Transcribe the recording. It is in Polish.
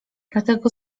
dlatego